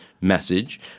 message